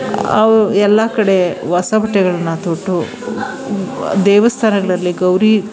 ಅವು ಎಲ್ಲ ಕಡೆ ಹೊಸ ಬಟ್ಟೆಗಳನ್ನ ತೊಟ್ಟು ದೇವಸ್ಥಾನಗಳಲ್ಲಿ ಗೌರಿ